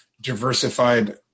diversified